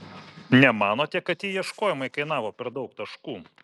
nemanote kad tie ieškojimai kainavo per daug taškų